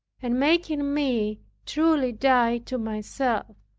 and making me truly die to myself.